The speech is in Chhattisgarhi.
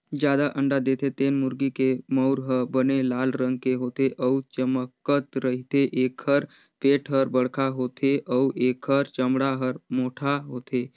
जादा अंडा देथे तेन मुरगी के मउर ह बने लाल रंग के होथे अउ चमकत रहिथे, एखर पेट हर बड़खा होथे अउ एखर चमड़ा हर मोटहा होथे